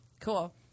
cool